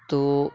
تو